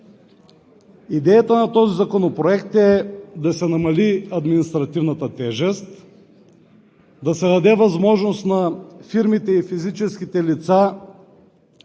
Идеята на този законопроект е да се намали административната тежест, да се даде възможност на фирмите и физическите лица